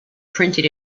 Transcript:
printed